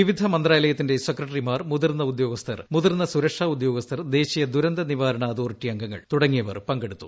വിവിധ മന്ത്രാലയത്തിന്റെ സെക്രട്ടറിമാർ മുതിർന്ന ഉദ്യോഗസ്ഥർ മുതിർന്ന സുരക്ഷാ ഉദ്യോഗസ്ഥർ ദേശീയ ദുരന്ത നിവാരണ അതോറിറ്റി അംഗങ്ങൾ തുടങ്ങിയവർ പങ്കെടുത്തു